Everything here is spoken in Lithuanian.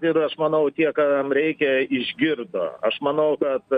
ir aš manau tie kam reikia išgirdo aš manau kad